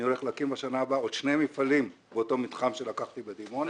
אני הולך להקים בשנה הבאה עוד שני מפעלים באותו מתחם שלקחתי בדימונה,